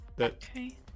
Okay